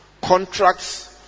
contracts